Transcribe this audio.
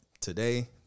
today